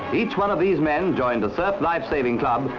each one of these men joined a surf life saving club,